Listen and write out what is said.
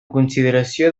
consideració